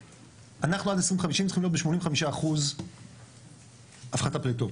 אנחנו עד 2050 צריכים להיות ב-85% הפחתת פליטות